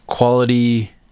quality